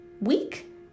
week